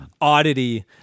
oddity